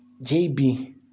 JB